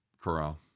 corral